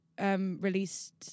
Released